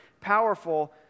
powerful